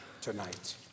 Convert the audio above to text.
tonight